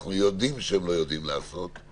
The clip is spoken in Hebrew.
ואנחנו יודעים שהם לא יודעים לעשות,